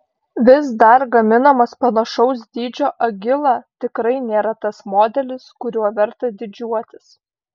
vis dar gaminamas panašaus dydžio agila tikrai nėra tas modelis kuriuo verta didžiuotis